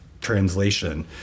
translation